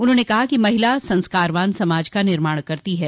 उन्होंने कहा कि महिला संस्कारवान समाज का निर्माण करती है